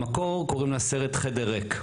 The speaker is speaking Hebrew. במקור קוראים לסרט "חדר ריק".